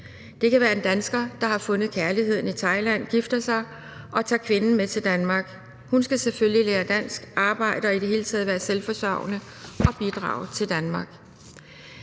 Det kan være en dansker, der har fundet kærligheden i Thailand, gifter sig og tager kvinden med til Danmark, og hun skal selvfølgelig lære dansk, arbejde og i det hele taget være selvforsørgende og bidrage til Danmark.